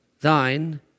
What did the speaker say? Thine